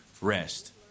rest